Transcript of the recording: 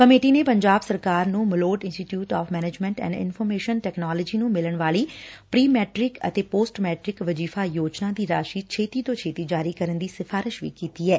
committee ਨੇ ਪੰਜਾਬ ਸਰਕਾਰ ਨੰ Malout institute of management and information technology ਨੰ ਮਿਲਣ ਵਾਲੀ ਪ੍ਰੀ ਸੈਟਿਕ ਅਤੇ ਪੋਸਟ ਮੈਟਿਕ ਵਜੀਫ਼ਾ ਯੋਜਨਾ ਦੀ ਰਾਸ਼ੀ ਛੇਤੀ ਤੋਂ ਛੇਤੀ ਜਾਰੀ ਕਰਨ ਦੀ ਸਿਫ਼ਾਰਿਸ਼ ਵੀ ਕੀਤੀ ਐ